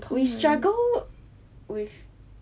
we struggle with